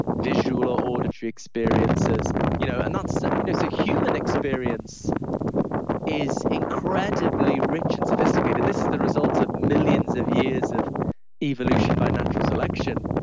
visual or auditory experiences you know and so you know so human experience is incredibly rich and sophisticated. this is the result of millions of years of evolution by natural selection.